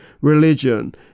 religion